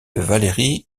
valérie